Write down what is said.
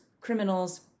criminals